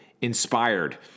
inspired